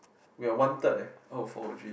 we are one third eh out of four O_G